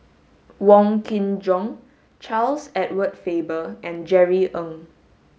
Wong Kin Jong Charles Edward Faber and Jerry Ng